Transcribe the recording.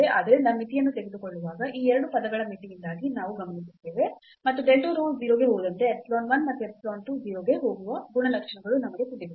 ಆದ್ದರಿಂದ ಮಿತಿಯನ್ನು ತೆಗೆದುಕೊಳ್ಳುವಾಗ ಈ 2 ಪದಗಳ ಮಿತಿಯಿಂದಾಗಿ ನಾವು ಗಮನಿಸುತ್ತೇವೆ ಮತ್ತು delta rho 0 ಗೆ ಹೋದಂತೆ ಎಪ್ಸಿಲಾನ್ 1 ಮತ್ತು ಎಪ್ಸಿಲಾನ್ 2 0 ಗೆ ಹೋಗುವ ಗುಣಲಕ್ಷಣಗಳು ನಮಗೆ ತಿಳಿದಿದೆ